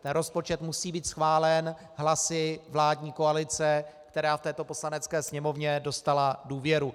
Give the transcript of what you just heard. Rozpočet musí být schválen hlasy vládní koalice, která v této Poslanecké sněmovně dostala důvěru.